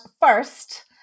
first